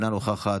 אינה נוכחת,